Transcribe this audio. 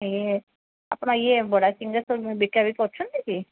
ଇଏ ଆପଣ ଇଏ ବରା ସିଙ୍ଗଡ଼ା ସବୁ ବିକାବିକି କରୁଛନ୍ତି କି